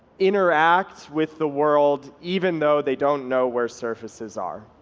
interact with the world even though they don't know where surfaces are.